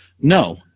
no